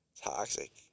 toxic